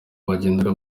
bagenda